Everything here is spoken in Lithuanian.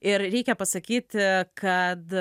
ir reikia pasakyti kad